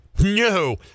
No